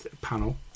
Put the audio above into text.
panel